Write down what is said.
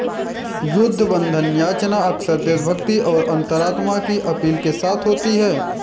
युद्ध बंधन याचना अक्सर देशभक्ति और अंतरात्मा की अपील के साथ होती है